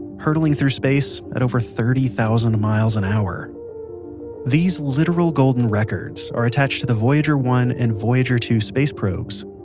hurtling through space at over thirty thousand miles an hour these literal golden records are attached to the voyager one and voyager two space probes.